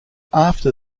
after